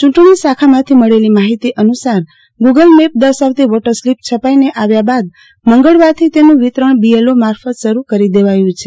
ચૂંટણી શાખામાંથી મળેલી માહિતી અનુસાર ગુગલ મેપ દર્શાવતી વોટર સ્લીપ છપાઇને અાવ્યા બાદ મંગળવારથી તેનું વિતરણ બીઅેલઅો મારફત શરૂ કરી દેવાયું છે